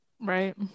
Right